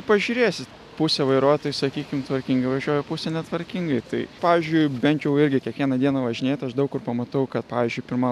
pažiūrėsi pusė vairuotojų sakykim tvarkingai važiuoja pusė netvarkingai tai pavyzdžiui bent jau irgi kiekvieną dieną važinėt aš daug kur pamatau kad pavyzdžiui pirma